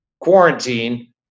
quarantine